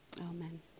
amen